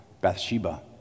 Bathsheba